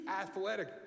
athletic